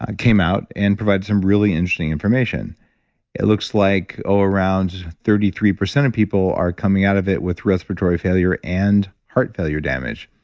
ah came out, and provided some really interesting information it looks like, oh, around thirty three percent of people are coming out of it with respiratory failure and heart failure damage,